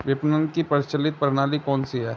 विपणन की प्रचलित प्रणाली कौनसी है?